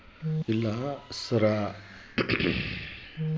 Sir ಹಣ ಠೇವಣಿ ಮತ್ತು ಹಿಂಪಡೆಯಲು ಪ್ಯಾನ್ ಮತ್ತು ಆಧಾರ್ ಕಡ್ಡಾಯವಾಗಿ ಬೇಕೆ?